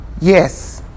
Yes